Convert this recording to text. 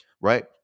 right